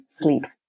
sleep's